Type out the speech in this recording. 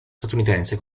statunitense